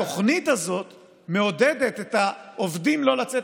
התוכנית הזאת מעודדת את העובדים לא לצאת